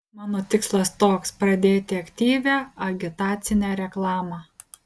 mano tikslas toks pradėti aktyvią agitacinę reklamą